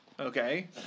Okay